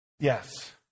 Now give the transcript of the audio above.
Yes